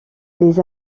les